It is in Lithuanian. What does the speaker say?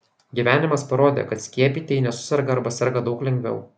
gyvenimas parodė kad skiepytieji nesuserga arba serga daug lengviau